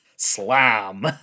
slam